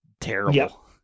terrible